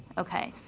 ok.